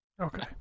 Okay